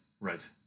Right